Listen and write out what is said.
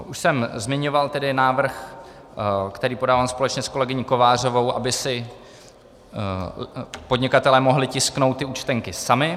Už jsem tedy zmiňoval návrh, který podávám společně s kolegyní Kovářovou, aby si podnikatelé mohli tisknout účtenky sami.